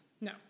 No